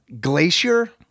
glacier